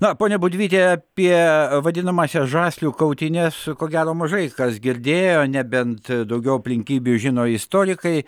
na pone budvyti apie vadinamąsias žaslių kautynes ko gero mažai kas girdėjo nebent daugiau aplinkybių žino istorikai